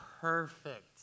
perfect